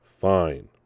fine